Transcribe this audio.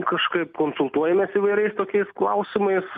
kažkaip konsultuojamės įvairiais tokiais klausimais